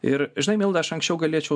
ir žinai milda aš anksčiau galėčiau